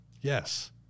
yes